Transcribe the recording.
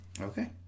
Okay